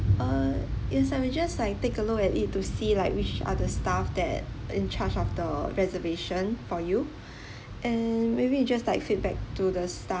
uh yes I will just like take a look at it to see like which are the staff that in charge of the reservation for you and maybe just like feedback to the staff